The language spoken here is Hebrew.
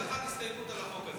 אמרנו כל אחד הסתייגות על החוק הזה.